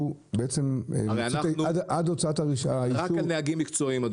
רק על נהגים מקצועיים.